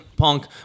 punk